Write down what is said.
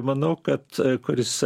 manau kad kuris